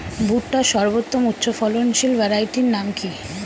ভুট্টার সর্বোত্তম উচ্চফলনশীল ভ্যারাইটির নাম কি?